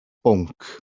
bwnc